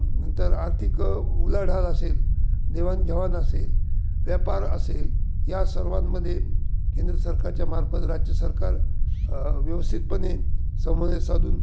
नंतर आर्थिक उलाढाल असेल देवाणघेवाण असेल व्यापार असेल या सर्वांमध्ये केंद्र सरकारच्या मार्फत राज्य सरकार व्यवस्थितपणे समन्वय साधून